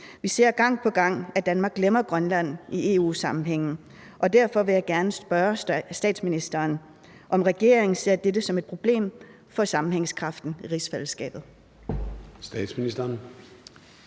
Vi ser gang på gang, at Danmark glemmer Grønland i EU-sammenhænge, og derfor vil jeg gerne spørge statsministeren, om regeringen ser dette som et problem for sammenhængskraften i rigsfællesskabet.